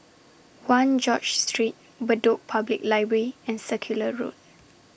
one George Street Bedok Public Library and Circular Road